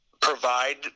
provide